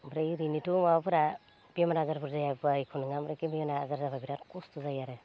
ओमफ्राय ओरैनोथ' माबाफोरा बेमार आजारफोर जायाब्ला एख' नोङा एखो बेमार आजार जाब्ला बेराद खस्थ' जायो आरो